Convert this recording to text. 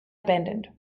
abandoned